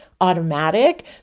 automatic